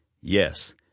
Yes